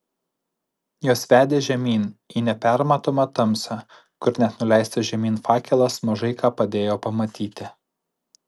jos vedė žemyn į nepermatomą tamsą kur net nuleistas žemyn fakelas mažai ką padėjo pamatyti